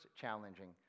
challenging